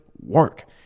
work